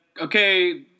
okay